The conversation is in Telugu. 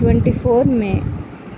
twenty four May